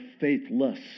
faithless